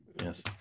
Yes